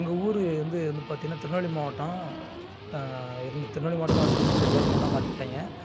எங்கள் ஊர் வந்து வந்து பார்த்தீங்கன்னா திருநெல்வேலி மாவட்டம் இருந்து திருநெல்வேலி மாவட்டமாக இருந்துச்சி இப்போ தென்காசி மாவட்டமாக மாற்றிபுட்டாய்ங்க